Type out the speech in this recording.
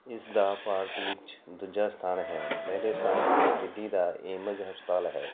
ਇਸ ਦਾ ਭਾਰਤ ਵਿੱਚ ਦੂਜਾ ਸਥਾਨ ਹੈ ਪਹਿਲੇ ਸਥਾਨ 'ਤੇ ਦਿੱਲੀ ਦਾ ਏਮਜ ਹਸਪਤਾਲ ਹੈ